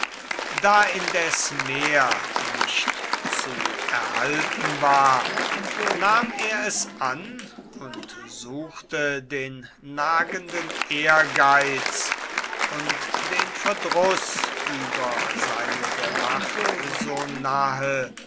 da indes mehr nicht zu erhalten war nahm er es an und suchte den nagenden ehrgeiz und den verdruß über seine der macht so nahe